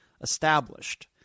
established